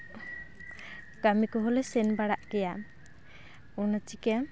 ᱠᱟᱹᱢᱤ ᱠᱚᱦᱚᱸᱞᱮ ᱥᱮᱱ ᱵᱟᱲᱟᱜ ᱜᱮᱭᱟ ᱚᱱᱟ ᱪᱤᱠᱟᱹ